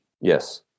yes